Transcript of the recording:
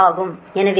எனவே இது உங்கள் 33